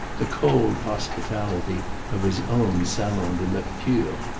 the cold hospitality of his own salon de lecture,